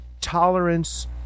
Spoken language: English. tolerance